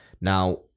Now